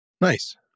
Nice